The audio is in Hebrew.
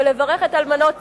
ולברך את אלמנות צה"ל,